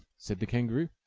said the kangaroo,